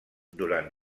durant